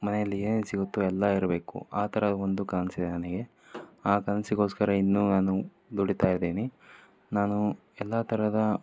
ಮನೆಯಲ್ಲಿ ಏನೇನು ಸಿಗುತ್ತೋ ಎಲ್ಲ ಇರಬೇಕು ಆ ಥರ ಒಂದು ಕನಸಿದೆ ನನಗೆ ಆ ಕನಸಿಗೋಸ್ಕರ ಇನ್ನೂ ನಾನು ದುಡೀತಾ ಇದ್ದೀನಿ ನಾನು ಎಲ್ಲ ತರಹದ